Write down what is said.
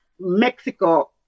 Mexico